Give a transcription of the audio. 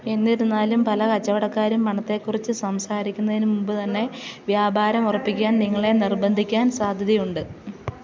എന്നിരുന്നാലും പല കച്ചവടക്കാരും പണത്തെ കുറിച്ച് സംസാരിക്കുന്നതിനു മുമ്പു തന്നെ വ്യാപാരമുറപ്പിക്കാൻ നിങ്ങളെ നിർബന്ധിക്കാൻ സാധ്യതയുണ്ട്